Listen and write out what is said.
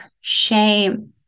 shame